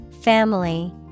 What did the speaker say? Family